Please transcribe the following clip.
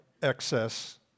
excess